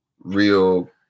real